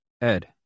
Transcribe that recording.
Ed